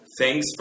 thanks